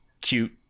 cute